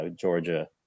Georgia